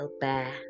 Bear